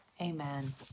Amen